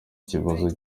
kibazo